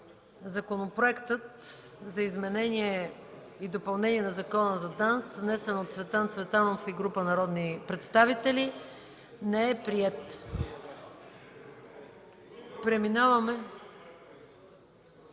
Законопроектът за изменение и допълнение на Закона за ДАНС, внесен от Цветан Цветанов и група народни представители, не е приет. Господин